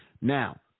Now